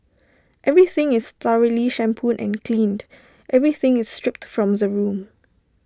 everything is thoroughly shampooed and cleaned everything is stripped from the room